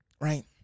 Right